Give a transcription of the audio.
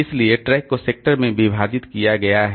इसलिए ट्रैक को सेक्टर में विभाजित किया गया है